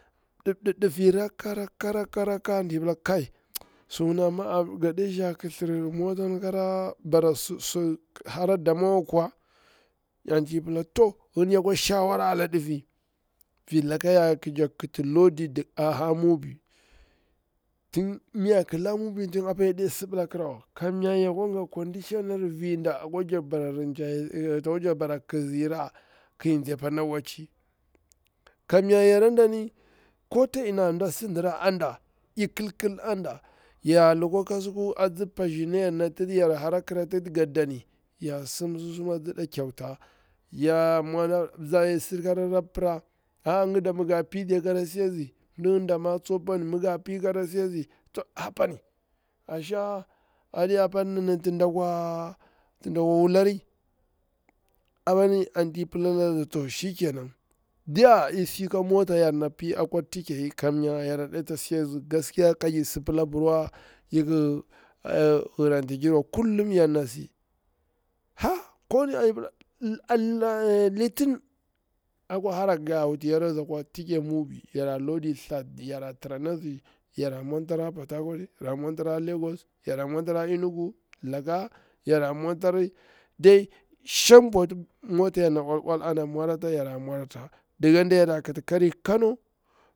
Dimdi difi rakka rakka, anti pila kai tsarng su ngini ga ɗe zar kthirie mota kara bara su ɗamwawa kuwa, anti pila to ngini yakwa shawara ala difi, viklaka yar ƙi jakti kiti lodi a ha mubi tin, mi yarƙi la mubi tin apa yaɗe sibila krawa lkamnya yakwa nga condition vida tsaka jakti bara ƙisira ki nzi apa na wacci, kamnya yara dani ko ta ina nɗa sidira a nda, i kilkil anda. Ya lukwa kasuku atsi pazina yara nati yara hara kratin ga dom, ya sim susuru a tsida kyauta, ya mwa nza sir krara pira, a a ƙida nga tsu apani, mi nga pi kara si azi, to a pana a shang aɗi apani ni ti da kwa wulari, apani anti pila a lada to shikenan, diya isi ka mota yar na pi akwa tike kamnya yora ɗe ta si azi gaskiya ka jir si pila abirwa iki hiranti girwa, kullum yar na si, ha ko ne, i pila litin akwa hara nga wutiyaru azi yara kwala lodi akwa tiker mubi, mi yar tharti azi yora mwantari a port harcourt, yora mwantari a lagos, a enugu laka yora mwantari shang bwati mota yari na olook ana mwari yara mwantari, laka yara kin kari kano.